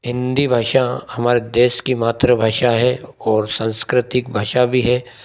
हिन्दी भाषा हमारे देश की मातृभाषा है और सांस्कृतिक भाषा भी है